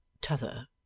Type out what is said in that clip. t'other